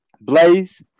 Blaze